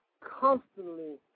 constantly